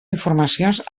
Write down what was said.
informacions